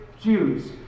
Jews